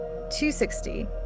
260